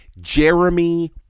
Jeremy